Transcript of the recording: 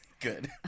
Good